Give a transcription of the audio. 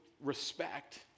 respect